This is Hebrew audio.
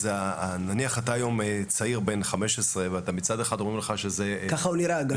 נניח שהיום אתה צעיר כבן 15. מצד אחד אומרים לך שזה מסוכן,